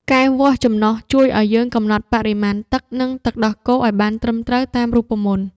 កែវវាស់ចំណុះ ជួយឱ្យយើងកំណត់បរិមាណទឹក និងទឹកដោះគោឱ្យបានត្រឹមត្រូវតាមរូបមន្ត។